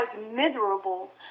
miserable